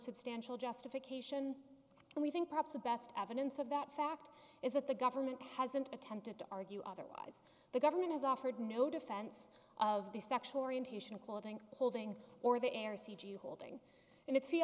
substantial justification and we think perhaps the best evidence of that fact is that the government hasn't attempted to argue otherwise the government has offered no defense of the sexual orientation of clothing holding or the air c g hold and it's the